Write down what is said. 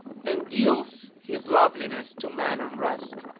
and deals his loveliness to man unrest.